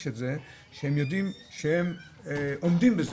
את זה כשהם יודעים שהם עומדים בזה.